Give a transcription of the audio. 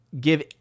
give